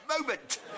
moment